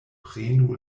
prenu